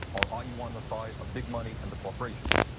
or are you on the side of big money and the corporations?